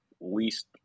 least